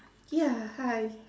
ya hi